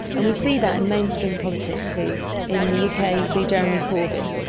and we see that in mainstream politics too. in the uk ah you see jeremy corbyn,